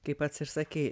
kaip pats ir sakei